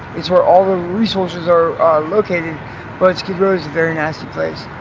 it's where all the resources are located but skid row is a very nasty place.